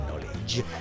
knowledge